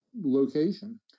location